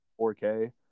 4K